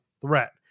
threat